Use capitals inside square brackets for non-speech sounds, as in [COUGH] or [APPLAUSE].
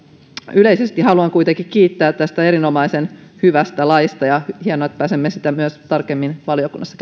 yleisesti haluan kuitenkin kiittää tästä erinomaisen hyvästä laista ja on hienoa että pääsemme sitä tarkemmin valiokunnassa [UNINTELLIGIBLE]